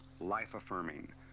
life-affirming